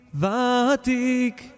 v'atik